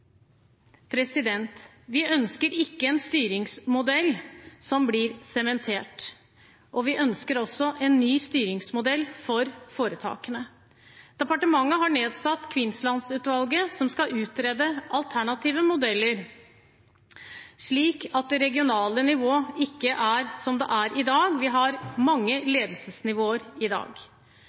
Vi ønsker ikke en styringsmodell som blir sementert. Vi ønsker også en ny styringsmodell for foretakene. Departementet har nedsatt Kvinnsland-utvalget, som skal utrede alternative modeller, slik at det regionale nivået ikke er som det er i dag. Vi har mange ledelsesnivåer i dag.